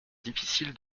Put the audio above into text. difficile